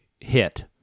hit